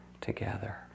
together